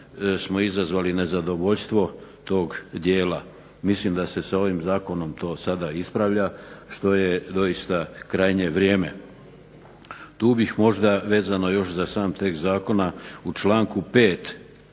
smo izazvali nezadovoljstvo tog dijela. Mislim da se sa ovim zakonom to sada ispravlja, što je doista krajnje vrijeme. Tu bih možda vezano još za sam tekst zakona, u članku 5.